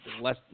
less